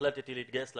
החלטתי להתגייס לצבא,